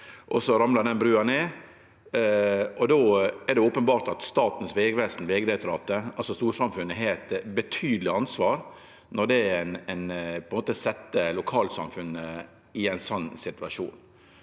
så ramlar brua ned – er det openbert at Statens vegvesen og Vegdirektoratet, altså storsamfunnet, har eit betydeleg ansvar når ein set lokalsamfunnet i ein sånn situasjon.